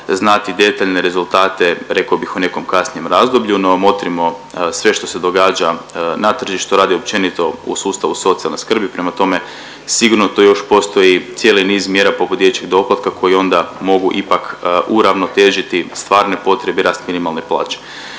znati detaljne rezultate reko bih u nekom kasnijem razdoblju no motrimo sve što se događa na tržištu rada i općenito u sustavu socijalne skrbi. Prema tome, sigurno tu još postoji cijeli niz mjera poput dječjeg doplatka koji onda mogu ipak uravnotežiti stvarne potrebe i rast minimalne plaće.